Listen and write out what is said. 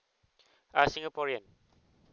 uh singaporean